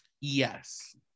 Yes